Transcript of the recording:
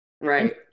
Right